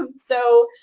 um so